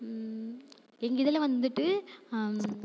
எங்கள் இதில் வந்துட்டு